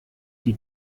die